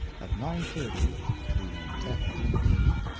at nine thirty the f d b.